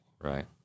Right